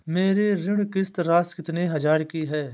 मेरी ऋण किश्त राशि कितनी हजार की है?